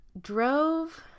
drove